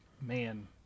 man